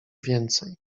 więcej